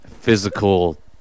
physical